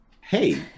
Hey